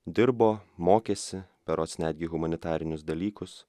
dirbo mokėsi berods netgi humanitarinius dalykus